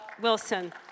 Wilson